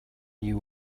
you